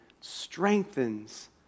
strengthens